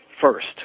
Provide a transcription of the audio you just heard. first